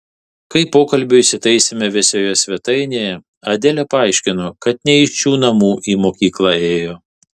kai pokalbiui įsitaisėme vėsioje svetainėje adelė paaiškino kad ne iš šių namų į mokyklą ėjo